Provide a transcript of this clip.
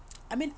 I mean